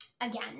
Again